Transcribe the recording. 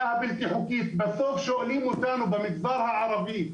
בסוף שומעים אותנו במגזר הערבי,